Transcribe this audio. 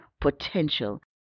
potential